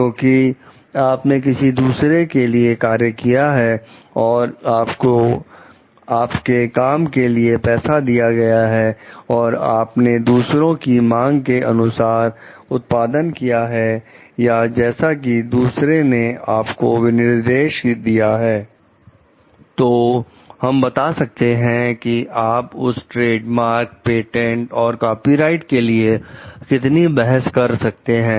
क्योंकि आपने किसी दूसरे के लिए कार्य किया है और आपको आपके काम के लिए पैसा दिया गया है और आपने दूसरे की मांग के अनुसार उत्पादन किया है या जैसा कि दूसरे ने आपको विनिर्देश दिए हैं तो हम बता सकते हैं कि आप उस ट्रेडमार्क पेटेंट और कॉपीराइट के लिए कितनी बहस कर सकते हैं